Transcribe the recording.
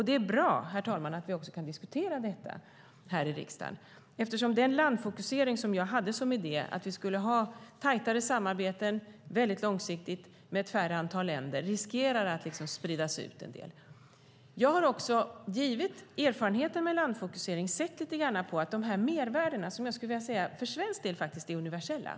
Det är bra, herr talman, att vi kan diskutera detta här i riksdagen, eftersom den landfokusering som jag hade som idé - vi skulle ha tajtare samarbeten, väldigt långsiktigt, med färre länder - riskerar att spridas ut en del. Jag har också, givet erfarenheten av landfokusering, sett lite grann på de här mervärdena, som jag skulle vilja säga för svensk del är universella.